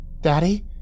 Daddy